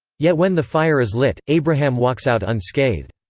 yet when the fire is lit, abraham walks out unscathed.